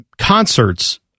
concerts